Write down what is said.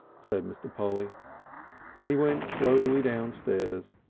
said mr. polly and he went slowly downstairs,